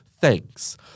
thanks